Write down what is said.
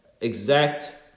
exact